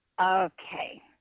Okay